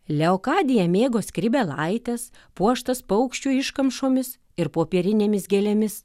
leokadija mėgo skrybėlaites puoštas paukščių iškamšomis ir popierinėmis gėlėmis